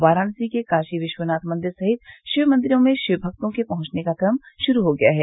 वाराणसी के काशी विश्वनाथ मंदिर सहित शिव मंदिरों में शिवभक्तों के पहुंचने का क्रम शुरू हो गया है